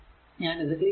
ഞാൻ ഇത് ക്ലീൻ ആക്കുന്നു